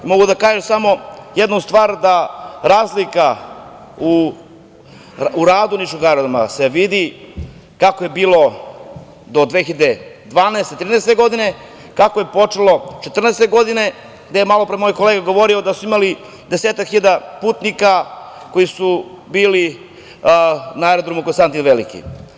Mogu da kažem samo jednu stvar, da razlika u radu niškog aerodroma se vidi kako je bilo do 2012, 2013. godine, kako je počelo 2014. godine, gde je malopre moj kolega govorio da su imali desetak hiljada putnika koji su bili na aerodromu „Konstantin Veliki“